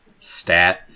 stat